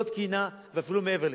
לא תקינה ואפילו מעבר לכך.